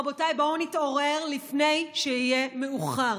רבותיי, בואו נתעורר לפני שיהיה מאוחר.